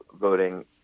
voting